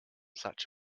such